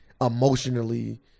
Emotionally